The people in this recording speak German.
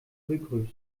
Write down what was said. begrüßt